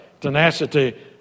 tenacity